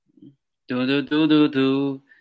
Do-do-do-do-do